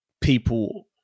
people